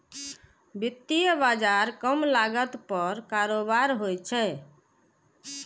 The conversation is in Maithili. वित्तीय बाजार कम लागत पर कारोबार होइ छै